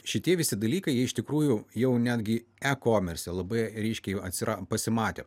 šitie visi dalykai jie iš tikrųjų jau netgi ekomerse labai ryškiai atsira pasimatė